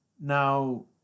Now